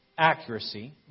accuracy